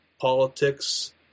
politics